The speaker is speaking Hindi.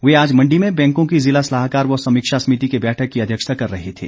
वे आज मंडी में बैंकों की ज़िला सलाहकार व समीक्षा समिति की बैठक की अध्यक्षता कर रहे थे